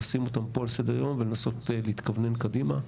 לשים אותם פה על סדר יום ולנסות להתכוונן קדימה.